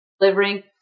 delivering